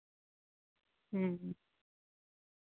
ᱦᱩᱸ